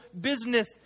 business